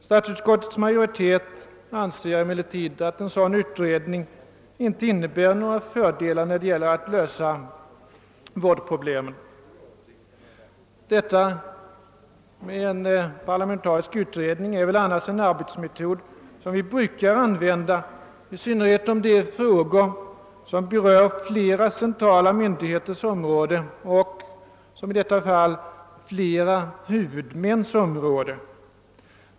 Statsutskottets majoritet anser emellertid att en sådan utredning inte skulle innebära några fördelar när det gäller att lösa vårdproblemen. Att tillsätta en parlamentarisk utredning är väl annars en arbetsmetod som vi brukar använda, i synnerhet när det gäller frågor som berör flera centrala myndigheters område och, som i detta fall, flera huvudmäns område.